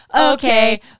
Okay